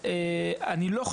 בכלל לא.